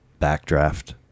backdraft